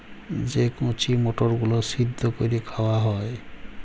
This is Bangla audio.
যে কঁচি মটরগুলা সিদ্ধ ক্যইরে খাউয়া হ্যয়